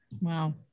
Wow